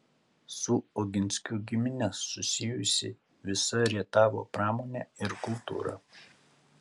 su oginskių gimine susijusi visa rietavo pramonė ir kultūra